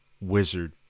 wizard